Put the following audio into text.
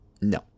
no